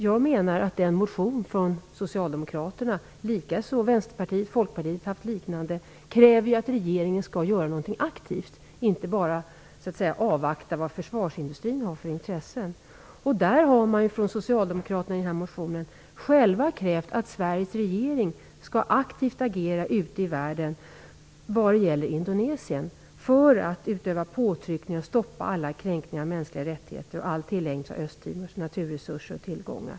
Jag menar att den motion från socialdemokraterna - Vänsterpartiet och Folkpartiet har haft liknande - kräver att regeringen skall göra någonting aktivt, inte bara avvakta vad försvarsindustrin har för intressen. Socialdemokraterna har i den här motionen själva krävt att Sveriges regering skall aktivt agera ute i världen vad gäller Indonesien för att utöva påtryckningar, stoppa alla kränkningar av de mänskliga rättigheterna och all tillägnelse av Östtimors naturresurser och tillgångar.